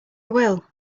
will